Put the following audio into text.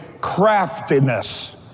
craftiness